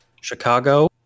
Chicago